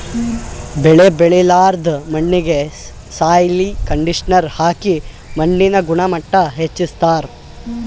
ಬೆಳಿ ಬೆಳಿಲಾರ್ದ್ ಮಣ್ಣಿಗ್ ಸಾಯ್ಲ್ ಕಂಡಿಷನರ್ ಹಾಕಿ ಮಣ್ಣಿನ್ ಗುಣಮಟ್ಟ್ ಹೆಚಸ್ಸ್ತಾರ್